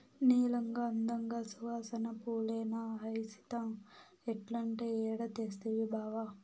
నీలంగా, అందంగా, సువాసన పూలేనా హైసింత చెట్లంటే ఏడ తెస్తవి బావా